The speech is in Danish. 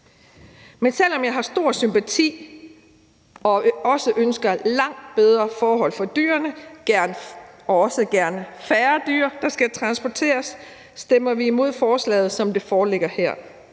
Men selv om vi har stor sympati for det og ønsker langt bedre forhold for dyrene og også gerne færre dyr, der skal transporteres, stemmer vi imod forslaget, som det foreligger her.